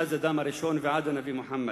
מאז האדם הראשון ועד הנביא מוחמד.